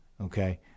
Okay